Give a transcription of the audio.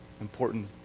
important